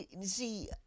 See –